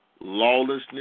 lawlessness